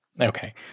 Okay